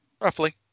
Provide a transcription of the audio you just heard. roughly